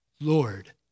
Lord